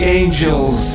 angels